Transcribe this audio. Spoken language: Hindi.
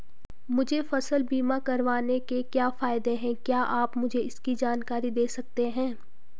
मुझे फसल बीमा करवाने के क्या फायदे हैं क्या आप मुझे इसकी जानकारी दें सकते हैं?